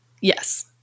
Yes